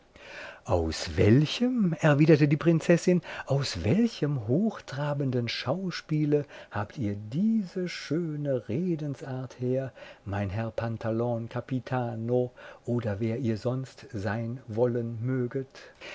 aus welchem erwiderte die prinzessin aus welchem hochtrabenden schauspiele habt ihr diese schöne redensart her mein herr pantalon capitano oder wer ihr sonst sein wollen möget